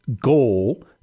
goal